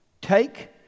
take